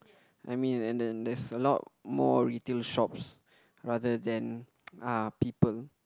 I mean and there's a lot more retail shops rather than uh people